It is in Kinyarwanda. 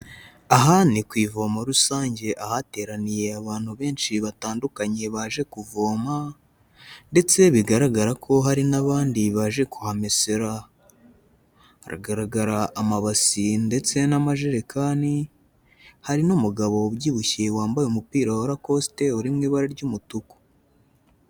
Aha ni ku ivomo rusange ahateraniye abantu benshi batandukanye baje kuvoma ndetse bigaragara ko hari n'abandi baje kuhamesera, haragaragara amabasi ndetse n'amajerekani, hari n'umugabo ubyibushye wambaye umupira wa rakositi uri mu ibara ry'umutuku.